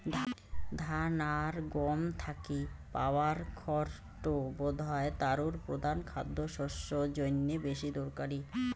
ধান আর গম থাকি পাওয়া খড় টো বোধহয় তারুর প্রধান খাদ্যশস্য জইন্যে বেশি দরকারি